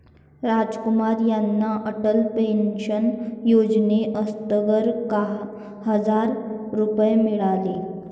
रामकुमार यांना अटल पेन्शन योजनेअंतर्गत हजार रुपये मिळाले